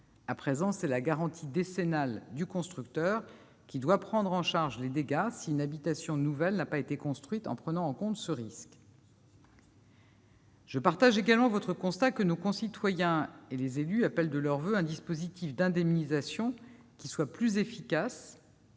à présent, c'est la garantie décennale du constructeur qui doit prendre en charge les dégâts si une habitation nouvelle n'a pas été construite en prenant en compte ce risque. Par ailleurs, comme vous, je constate que nos concitoyens et les élus appellent de leurs voeux un dispositif d'indemnisation plus efficace,